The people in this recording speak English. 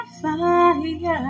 fire